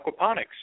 aquaponics